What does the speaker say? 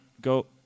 go